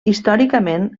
històricament